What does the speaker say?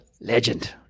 Legend